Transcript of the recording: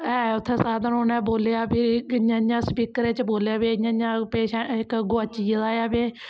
ऐ उत्थें साधन उ'नें बोलेआ भाई इयां इयां स्पीकरै च बोलेआ भाई इ'यां इ'यां इक गोआची गेदा ऐ